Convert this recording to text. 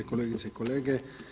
Kolegice i kolege.